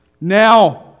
Now